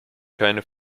keine